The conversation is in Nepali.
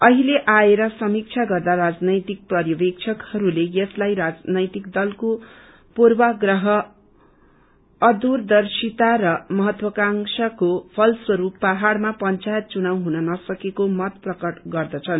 अहिले आएर समीक्षा गर्दा राजनैतिक पसर्यवेक्षकहरूले यसलाई राजनैतिक दलको पूर्वांग्रह अदूरदर्शिता र महत्त्वाकांक्षाको फलस्वस्रप पहाड़मा पंचायत चुनाउ हुन नसकेको मत प्रकट गर्छन्